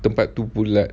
tempat tu bulat